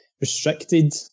restricted